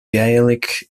gaelic